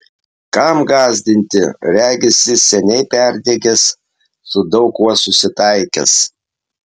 kam gąsdinti regis jis seniai perdegęs su daug kuo susitaikęs